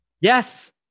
Yes